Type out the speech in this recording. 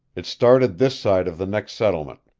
it started this side of the next settlement.